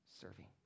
serving